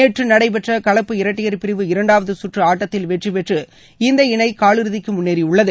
நேற்று நடைபெற்ற கலப்பு இரட்டையர் பிரிவு இரண்டாவது சுற்று ஆட்டத்தில் வெற்றி பெற்று இந்த இணை காலிறுதிக்கு முன்னேறியுள்ளது